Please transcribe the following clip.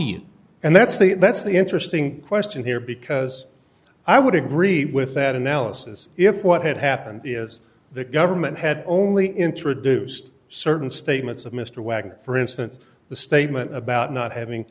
body and that's the that's the interesting question here because i would agree with that analysis if what had happened is the government had only introduced certain statements of mr wagner for instance the statement about not having